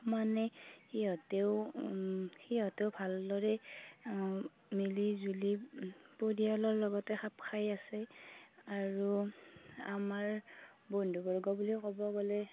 মানে সিহঁতেও সিহঁতেও ভালদৰে মিলিজুলি পৰিয়ালৰ লগতে খাপ খাই আছে আৰু আমাৰ বন্ধুবৰ্গ বুলি ক'বলৈ গ'লে